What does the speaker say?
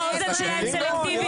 האוזן שלהם סלקטיבית.